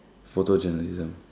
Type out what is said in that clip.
photojournalism